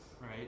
right